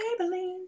Maybelline